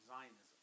Zionism